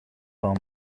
van